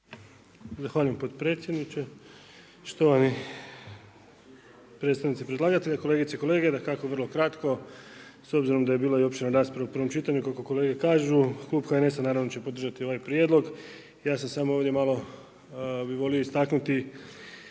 Zahvaljujem potpredsjedniče, štovani predstavnici predlagatelja, kolegice i kolege. Dakako vrlo kratko s obzirom da je bila i opširna rasprava u prvom čitanju kako kolege kažu, Klub HNS-a naravno će podržati ovaj prijedlog. Ja sam samo ovdje malo bih volio istaknuti